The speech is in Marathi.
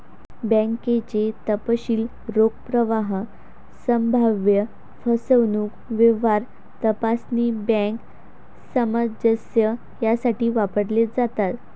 बँकेचे तपशील रोख प्रवाह, संभाव्य फसवणूक, व्यवहार तपासणी, बँक सामंजस्य यासाठी वापरले जातात